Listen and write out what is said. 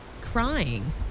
crying